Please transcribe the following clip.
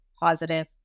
positive